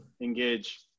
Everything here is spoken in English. Engage